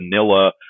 vanilla